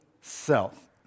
self